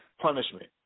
punishment